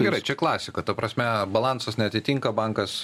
gerai čia klasika ta prasme balansas neatitinka bankas